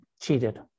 cheated